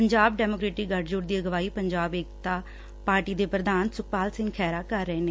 Punjab democratic ਗਠਜੋੜ ਦੀ ਅਗਵਾਈ ਪੰਜਾਬ ਏਕਤਾ ਪਾਰਟੀ ਦੇ ਪ੍ਧਾਨ ਸੁਖਪਾਲ ਸਿੰਘ ਖਹਿਰਾ ਕਰ ਰਹੇ ਨੇ